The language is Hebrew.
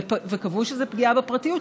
וקבעו שזו פגיעה בפרטיות,